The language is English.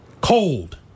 Cold